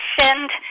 send